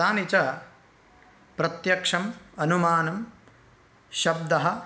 तानि च प्रत्यक्षम् अनुमानं शब्दः